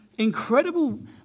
incredible